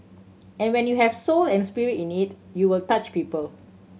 and when you have soul and spirit in it you will touch people